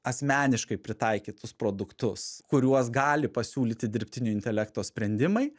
asmeniškai pritaikytus produktus kuriuos gali pasiūlyti dirbtinio intelekto sprendimai